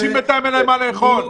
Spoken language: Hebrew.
למה פופוליזם, לאנשים אין מה לאכול.